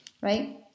right